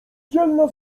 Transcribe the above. dzielna